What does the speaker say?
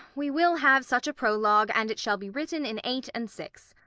we will have such a prologue and it shall be written in eight and six.